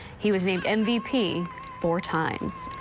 he was the mvp four times.